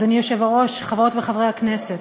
אדוני היושב-ראש, חברות וחברי הכנסת,